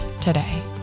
today